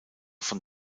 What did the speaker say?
von